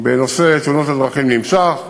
בנושא תאונות הדרכים נמשך.